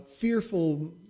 fearful